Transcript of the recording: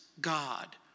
God